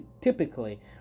typically